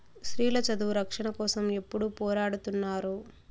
స్త్రీల చదువు రక్షణ కోసం ఎప్పుడూ పోరాడుతున్నారు